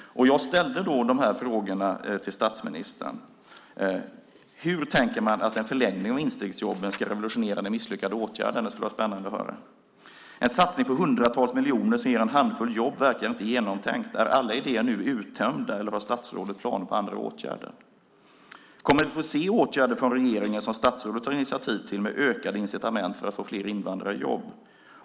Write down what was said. Jag ställde de här frågorna till statsministern: Hur tänker man att en förlängning av instegsjobben ska revolutionera den misslyckade åtgärden? Det skulle vara spännande att höra. En satsning på hundratals miljoner som ger en handfull jobb verkar inte genomtänkt. Är alla idéer nu uttömda, eller har statsrådet planer på andra åtgärder? Kommer vi att få se åtgärder från regeringen som statsrådet tar initiativ till med ökade incitament för att få fler invandrare i jobb?